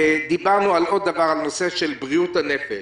דיברנו על נושא של בריאות הנפש